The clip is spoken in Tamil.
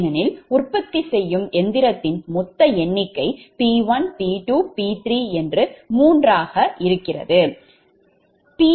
ஏனெனில் உற்பத்தி செய்யும் இயந்திரத்தின் மொத்த எண்ணிக்கை P1 P2 P3 மூன்று ஆகும்